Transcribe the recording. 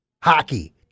hockey